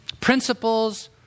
principles